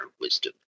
Wisdom